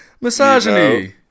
Misogyny